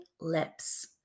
lips